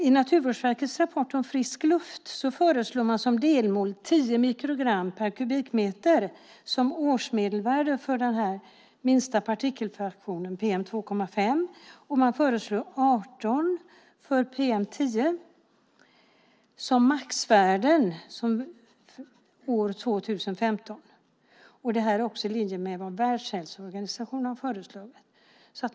I Naturvårdsverkets rapport Frisk luft föreslår man som delmål 10 mikrogram per kubikmeter som årsmedelvärde för den minsta partikelfraktionen PM2,5, och man föreslår 18 mikrogram per kubikmeter för PM10 som maxvärden år 2015. Detta är också i linje med vad Världshälsoorganisationen har föreslagit.